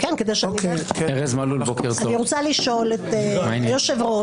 אני רוצה לשאול את היושב-ראש.